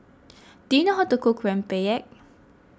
do you know how to cook Rempeyek